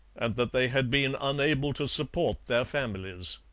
and that they had been unable to support their families.